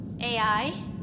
AI